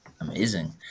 Amazing